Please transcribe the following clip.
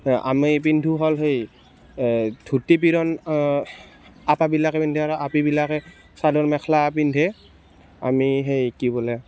আমি পিন্ধো হ'ল সেই ধুতি পিৰণ আপাবিলাকে পিন্ধে আৰু আপিবিলাকে চাদৰ মেখেলা পিন্ধে আমি সেই কি বোলে